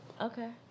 Okay